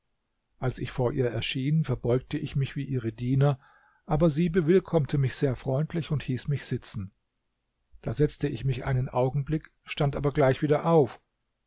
als ich vor ihr erschien verbeugte ich mich wie ihre diener aber sie bewillkommte mich sehr freundlich und hieß mich sitzen da setzte ich mich einen augenblick stand aber gleich wieder auf